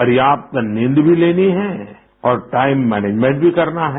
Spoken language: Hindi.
पर्याप्त नींद भी लेनी है और टाइम मैनेजमेंट भी करना है